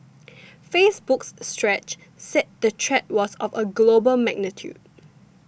Facebook's Stretch said the threat was of a global magnitude